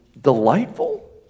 delightful